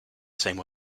same